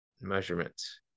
measurements